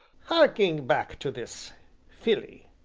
harking back to this filly,